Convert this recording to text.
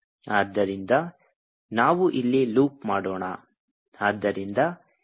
ಆದ್ದರಿಂದ ನಾವು ಇಲ್ಲಿ ಲೂಪ್ ಮಾಡೋಣ